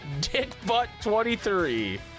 Dickbutt23